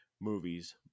movies